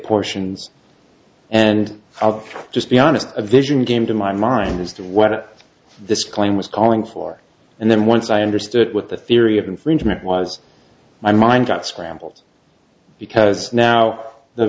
portions and i'll just be honest a vision game to my mind as to what this claim was calling for and then once i understood what the theory of infringement was my mind got scrambled because now the